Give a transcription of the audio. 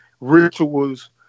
rituals